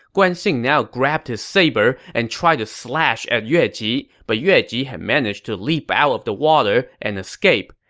guan xing now grabbed his saber and tried to slash at yue ji, but yue ji managed to leap out of the water and escape.